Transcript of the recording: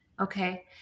Okay